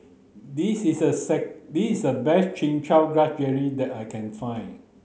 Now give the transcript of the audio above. this is the this is the best chin chow grass jelly that I can find